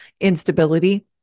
instability